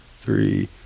three